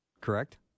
correct